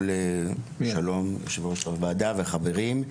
שלום ליושבת ראש הוועדה ולחברים.